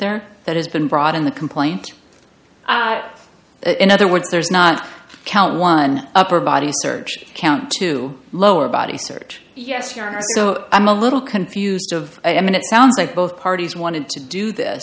there that has been brought in the complaint in other words there's not count one upper body search count two lower body search yes you are so i'm a little confused of i mean it sounds like both parties wanted to do this